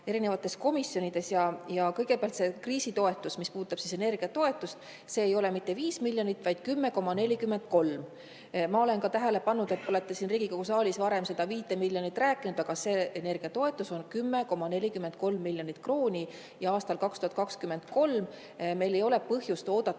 erinevates komisjonides. Kõigepealt, see kriisitoetus, mis puudutab energiatoetust, ei ole mitte 5 miljonit, vaid 10,43. Ma olen tähele pannud, et te olete siin Riigikogu saalis varem ka 5 miljonist rääkinud, aga see energiatoetus on 10,43 miljonit [eurot]. Ja aastal 2023 meil ei ole põhjust oodata